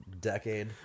decade